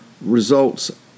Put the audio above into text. results